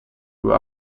who